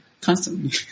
constantly